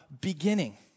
beginning